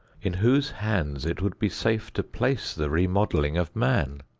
in whose hands it would be safe to place the remodeling of man?